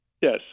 Yes